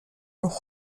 noch